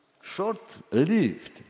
short-lived